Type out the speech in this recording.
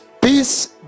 Peace